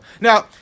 Now